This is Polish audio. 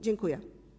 Dziękuję.